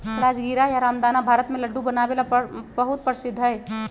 राजगीरा या रामदाना भारत में लड्डू बनावे ला बहुत प्रसिद्ध हई